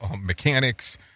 mechanics